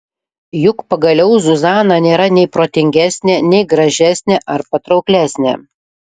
juk pagaliau zuzana nėra nei protingesnė nei gražesnė ar patrauklesnė